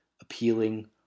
appealing